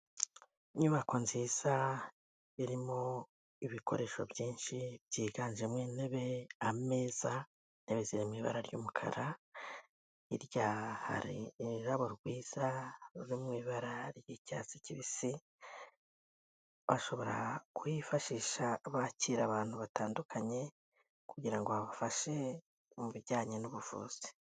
Inyubako nziza irimo ibikoresho byinshi, byiganjemo intebe, ameza, intebe ziri mu ibara ry'umukara, hirya hari ururabo rwiza, ruri mu ibara ry'icyatsi kibisi, bashobora kuhifashisha bakira abantu batandukanye kugira ngo habafashe mu bijyanye n'ubuvuzi.